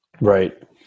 Right